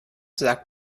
sagt